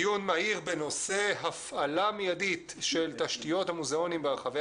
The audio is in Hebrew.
דיון מהיר בנושא הפעלה מיידית של תשתיות המוזיאונים ברחבי